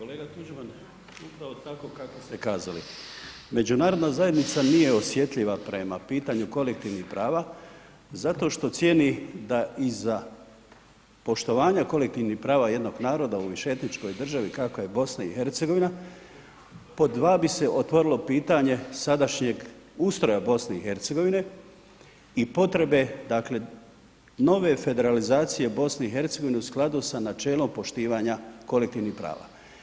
Kolega Tuđman, upravo tako kako ste kazali, međunarodna zajednica nije osjetljiva prema pitanju kolektivnih prava zato što cijeni da iz poštovanja kolektivnih prava jednog naroda u više etničkoj državi kakva je BiH, pod dva bi se otvorilo pitanje sadašnjeg ustroja BiH i potrebe, dakle, nove federalizacije BiH u skladu sa načelom poštivanja kolektivnih prava.